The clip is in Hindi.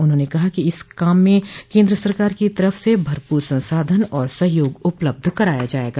उन्होंने कहा कि इस काम में केन्द्र सरकार की तरफ से भरपूर संसाधन और सहयोग उपलब्ध कराया जायेगा